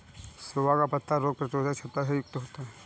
सोआ का पत्ता रोग प्रतिरोधक क्षमता से युक्त होता है